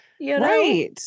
right